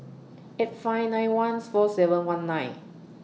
eight five nine one four seven one nine